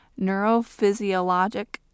neurophysiologic